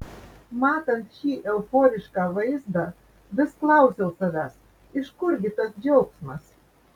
matant šį euforišką vaizdą vis klausiau savęs iš kur gi tas džiaugsmas